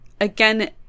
again